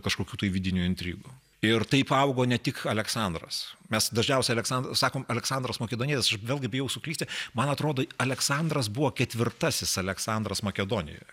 kažkokių tai vidinių intrigų ir taip augo ne tik aleksandras mes dažniausiai aleksandro sakome aleksandras makedonietis vėlgi bijau suklysti man atrodo aleksandras buvo ketvirtasis aleksandras makedonijoje